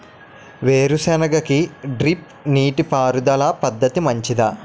వేరుసెనగ కి డ్రిప్ నీటిపారుదల పద్ధతి మంచిదా?